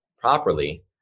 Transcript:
properly